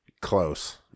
Close